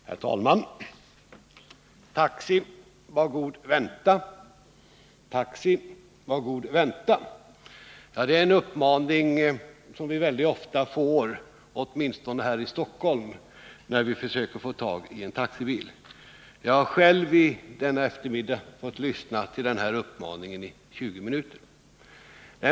Herr talman! Taxi, var god vänta. Taxi, var god vänta. Det är en uppmaning som vi väldigt ofta får höra, åtminstone här i Stockholm, när vi försöker få tag på en taxibil. Jag har själv denna eftermiddag i 20 minuter fått lyssna på denna uppmaning.